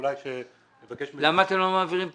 למה אתם לא מעבירים פרטים?